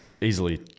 easily